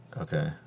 Okay